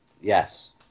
Yes